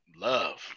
Love